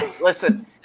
listen